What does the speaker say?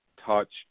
touch